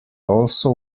also